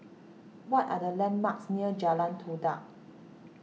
what are the landmarks near Jalan Todak